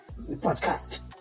podcast